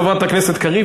חברת הכנסת קריב,